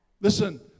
Listen